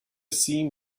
seam